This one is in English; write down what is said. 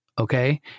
Okay